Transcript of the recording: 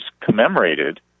commemorated